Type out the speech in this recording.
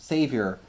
Savior